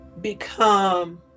Become